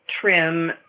trim